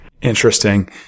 Interesting